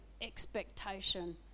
expectation